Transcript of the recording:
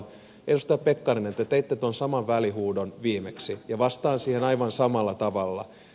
edustaja pekkarinen te teitte tuon saman välihuudon viimeksi ja vastaan siihen aivan samalla tavalla